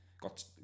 Got